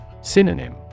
Synonym